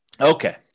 Okay